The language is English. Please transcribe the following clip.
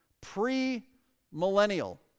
Pre-millennial